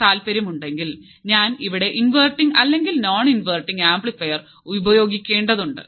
താൽപ്പര്യമുണ്ടെങ്കിൽ ഞാൻ ഇവിടെ ഇൻവെർട്ടിങ് അല്ലെങ്കിൽ നോൺ ഇൻവെർട്ടിങ് ആംപ്ലിഫയർ ഉപയോഗിക്കേണ്ടതുണ്ട്